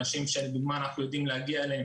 אנשים שאנחנו יודעים להגיע להם